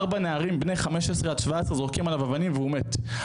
ארבע נערים בני 15 עד 17 זורקים עליו אבנים והוא מת,